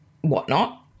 whatnot